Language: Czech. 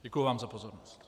Děkuji vám za pozornost.